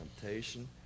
temptation